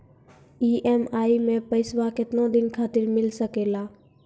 EMI मैं पैसवा केतना दिन खातिर मिल सके ला?